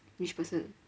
which person